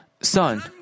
Son